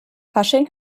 fasching